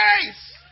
face